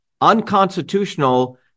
unconstitutional